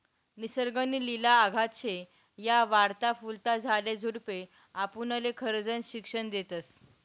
निसर्ग नी लिला अगाध शे, या वाढता फुलता झाडे झुडपे आपुनले खरजनं शिक्षन देतस